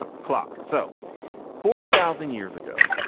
ah clock. so forty thousand years ago,